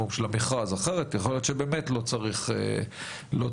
אחרת יכול להיות שבאמת לא צריך מכרז.